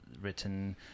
written